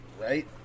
Right